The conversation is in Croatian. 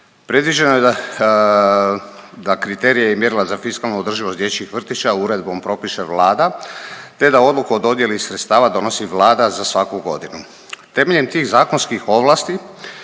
Predviđeno je da kriterije i mjerila za fiskalnu održivost dječjih vrtića uredbom propiše Vlada te da odluku o dodjeli sredstava donosi Vlada za svaku godinu. Temeljem tih zakonskih ovlasti